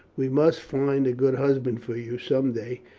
we must find a good husband for you some day,